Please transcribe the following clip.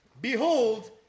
Behold